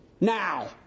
now